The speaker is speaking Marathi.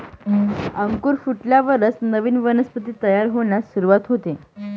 अंकुर फुटल्यावरच नवीन वनस्पती तयार होण्यास सुरूवात होते